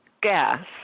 gas